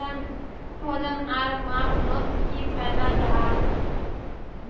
वजन आर मापनोत की फायदा जाहा?